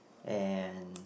and